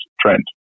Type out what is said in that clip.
trend